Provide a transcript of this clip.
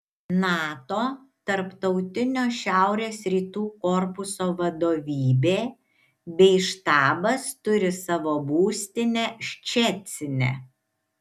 nato tarptautinio šiaurės rytų korpuso vadovybė bei štabas turi savo būstinę ščecine